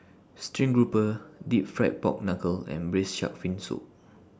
Stream Grouper Deep Fried Pork Knuckle and Braised Shark Fin Soup